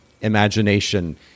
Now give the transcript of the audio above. imagination